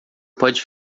pode